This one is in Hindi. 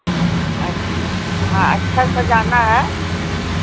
हाँ अच्छा से सजाना है